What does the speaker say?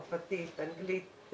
צרפתית, אנגלית,